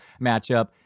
matchup